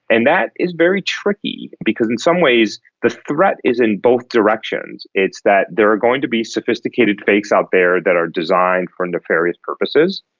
and that is very tricky because in some ways the threat is in both directions, it's that there are going to be sophisticated fakes out there that are designed for nefarious purposes,